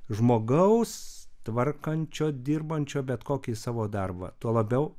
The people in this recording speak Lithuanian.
žmogaus tvarkančio dirbančio bet kokį savo darbą tuo labiau